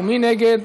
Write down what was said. מי נגד?